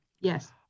Yes